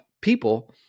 people